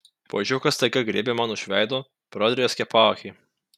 puodžiukas staiga griebė man už veido pradrėskė paakį